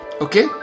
Okay